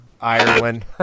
Ireland